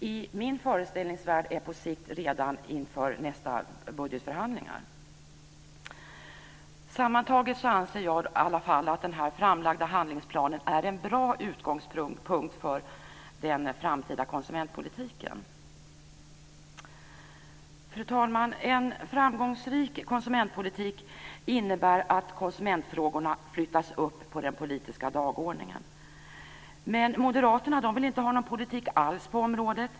I min föreställningsvärld är "på sikt" redan inför nästa budgetförhandlingar. Sammantaget anser jag i alla fall att den här framlagda handlingsplanen är en bra utgångspunkt för den framtida konsumentpolitiken. Fru talman! En framgångsrik konsumentpolitik innebär att konsumentfrågorna flyttas upp på den politiska dagordningen. Men moderaterna vill inte ha någon politik alls på området.